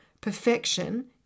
perfection